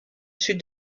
sud